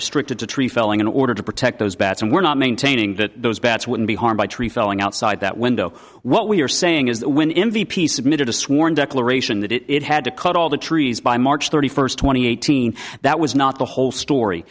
restricted to tree felling in order to protect those bats and we're not maintaining that those bats wouldn't be harmed by tree felling outside that window what we're saying is that when m v p submitted a sworn declaration that it had to cut all the trees by march thirty first twenty eighteen that was not the whole story